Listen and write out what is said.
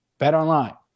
BetOnline